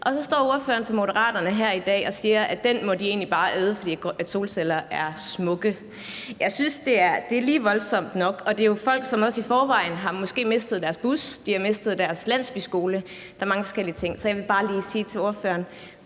og så står ordføreren for Moderaterne her i dag og siger, at den må de egentlig bare æde, fordi solceller er smukke. Jeg synes, det er lige voldsomt nok. Det er jo folk, som i forvejen måske også har mistet deres bus, og de har mistet deres landsbyskole; der er mange forskellige ting. Så jeg vil bare lige sige til ordføreren: